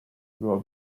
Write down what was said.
were